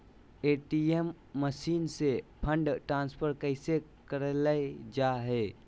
ATM machine से fund transfer कैसे करल जा है?